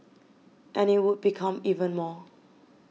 and it would become even more